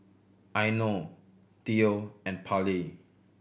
Eino Theo and Pallie